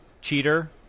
Cheater